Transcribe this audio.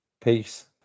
Peace